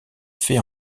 fait